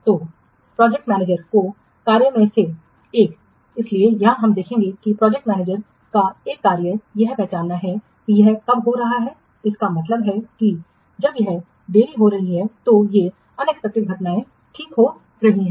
तो प्रोजेक्ट प्रबंधक को कार्यों में से एक इसलिए यहां हम देखेंगे कि प्रोजेक्ट मैनेजर का एक कार्य यह पहचानना है कि यह कब हो रहा है इसका मतलब है कि जब यह देरी हो रही है जब ये अप्रत्याशित घटनाएं ठीक हो रही हैं